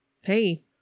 Hey